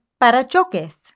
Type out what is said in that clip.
parachoques